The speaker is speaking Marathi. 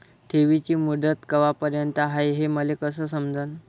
ठेवीची मुदत कवापर्यंत हाय हे मले कस समजन?